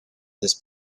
this